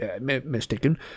mistaken